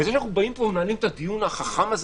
וזה שאנחנו מנהלים פה את הדיון החכם הזה